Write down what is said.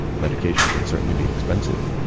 medication can certainly be expensive,